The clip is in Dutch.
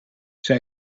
zij